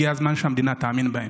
הגיע הזמן שהמדינה תאמין בהם.